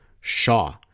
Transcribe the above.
Shaw